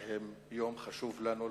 שהוא יום חשוב לנו,